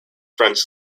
french